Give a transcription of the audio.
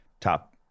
top